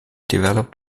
developed